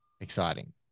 exciting